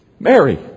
Mary